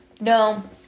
No